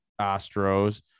Astros